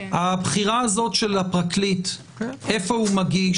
הבחירה של הפרקליט איפה הוא מגיש,